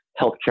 healthcare